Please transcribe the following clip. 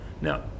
Now